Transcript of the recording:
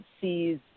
sees